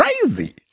crazy